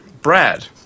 brad